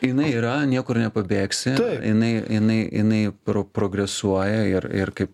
jinai yra niekur nepabėgsi jinai jinai jinai pro progresuoja ir ir kaip